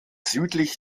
südlich